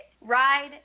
ride